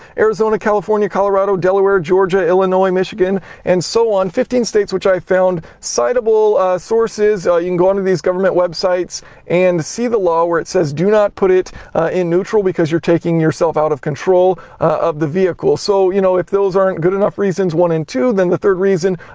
arizona, california, colorado, deleware, georgia, illinois, michigan and so on. fifteen states which i found citable sources. you can go on these government websites and see the law where it says do not put it in neutral, because you are taking yourself out of control of the vehicle. so, you know, if those aren't good enough reasons, one and two then the third reason,